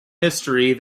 history